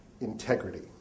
integrity